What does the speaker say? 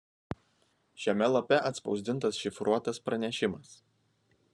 šiame lape atspausdintas šifruotas pranešimas